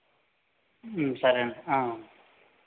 సరే అండి